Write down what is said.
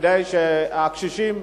כדי שהקשישים,